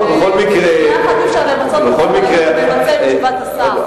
בשנייה אחת אי-אפשר למצות את תשובת השר.